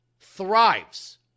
thrives